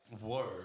Word